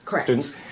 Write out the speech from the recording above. students